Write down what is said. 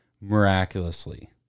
miraculously